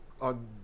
on